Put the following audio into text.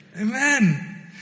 Amen